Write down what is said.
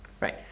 Right